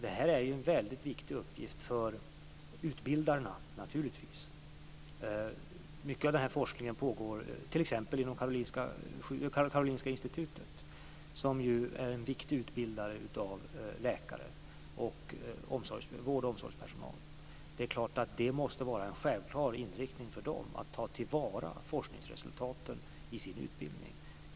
Detta är en väldigt viktig uppgift för utbildarna, naturligtvis. Mycket av denna forskning pågår t.ex. inom Karolinska Institutet, som ju är en viktig utbildare av läkare och vård och omsorgspersonal. Det måste vara en självklar inriktning för dem att ta till vara forskningsresultaten i sin utbildning.